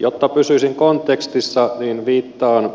jotta pysyisin kontekstissa niin viittaan